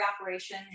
operation